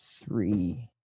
three